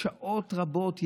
שעות רבות,